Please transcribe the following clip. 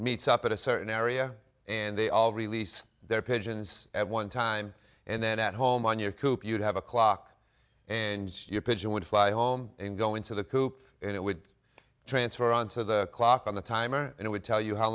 meets up at a certain area and they all release their pigeons at one time and then at home on your coop you have a clock and your pigeon would fly home and go into the coop and it would transfer on to the clock on the timer and it would tell you how